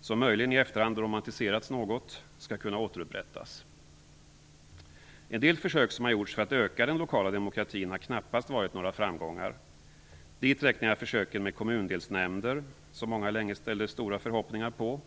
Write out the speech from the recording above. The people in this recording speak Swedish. som möjligen i efterhand romantiserats något, skall kunna återupprättas. En del försök som har gjorts för att öka den lokala demokratin har knappast varit några framgångar. Dit räknar jag försöken med kommundelsnämnder som många länge hade stora förhoppningar på.